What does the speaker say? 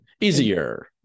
easier